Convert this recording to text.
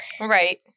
right